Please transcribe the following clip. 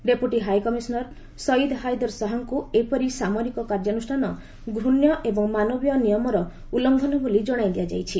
deputy high commissioner Syed Haider ଶାହାଙ୍କୁ ଏପରି ସାମରିକ କାର୍ଯ୍ୟାନୁଷ୍ଠାନ ଘୂଣ୍ୟ ଏବଂ ମାନବୀୟ ନିୟମର ଉଲ୍ଲଙ୍ଘନ ବୋଲି ଜଶାଇ ଦିଆଯାଇଛି